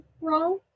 wrong